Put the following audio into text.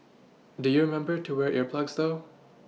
do you remember to wear ear plugs though